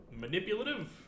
Manipulative